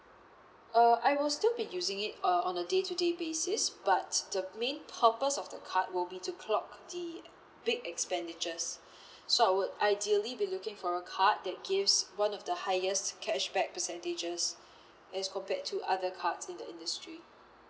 uh I will still be using it uh on a day to day basis but the main purpose of the card will be to clock the big expenditures so I would ideally be looking for a card that gives one of the highest cashback percentages as compared to other cards in the industry